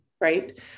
Right